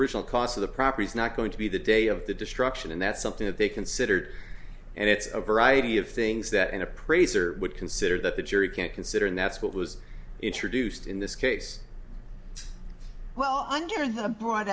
original cost of the property is not going to be the day of the destruction and that's something that they considered and it's a variety of things that an appraiser would consider that the jury can consider and that's what was introduced in this case well i'm